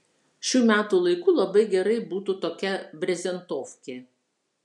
šiu metų laiku labai gerai būtų tokia brezentofkė